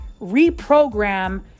Reprogram